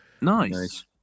nice